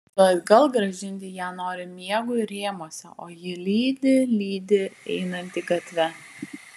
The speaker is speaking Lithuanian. tu atgal grąžinti ją nori miegui rėmuose o ji lydi lydi einantį gatve